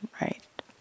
right